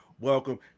Welcome